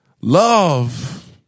Love